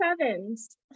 sevens